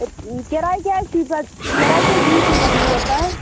کِراے کیٛازِ چھُ یۭژاہ کِراے کیٛاہ دِیِو تُہۍ پَتہٕ تور تانۍ